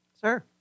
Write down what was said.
Sir